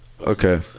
Okay